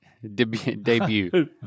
Debut